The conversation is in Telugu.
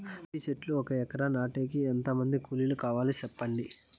అంటి చెట్లు ఒక ఎకరా నాటేకి ఎంత మంది కూలీలు కావాలి? సెప్పండి?